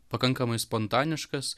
pakankamai spontaniškas